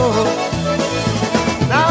Now